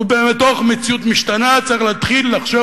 ובתוך מציאות משתנה צריך להתחיל לחשוב